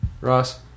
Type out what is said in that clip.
Ross